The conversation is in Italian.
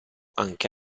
anche